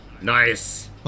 Nice